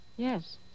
Yes